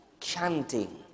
chanting